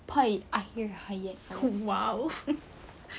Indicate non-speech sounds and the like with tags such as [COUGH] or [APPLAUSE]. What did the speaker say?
[LAUGHS] awak lucu lah um akhir hayat